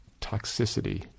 toxicity